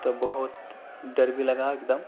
تو بہت ڈر بھی لگا ایک دم